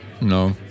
no